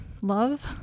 love